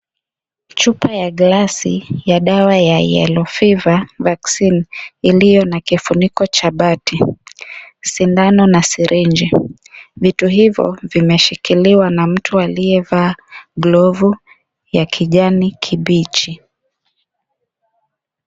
Chupa ya glass ya dawa ya yellow fever vaccine ,iliyo na kifuniko cha bati, sindano na shirenji. Vitu hivo vimeshikiliwa na mtu aliyevaa glove ya kijani kibichi.